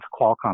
qualcomm